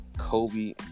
Kobe